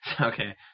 okay